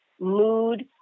mood